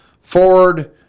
Ford